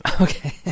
Okay